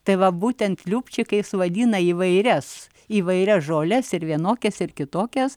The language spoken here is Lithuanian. tai va būtent liupčikais vadina įvairias įvairias žoles ir vienokias ar kitokias